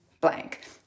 blank